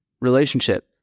relationship